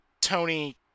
Tony